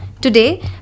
today